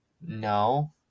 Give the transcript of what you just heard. no